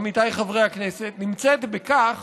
עמיתיי חברי הכנסת, נמצאת בכך